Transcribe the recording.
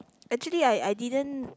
actually I I didn't